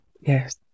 Yes